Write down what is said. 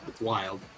Wild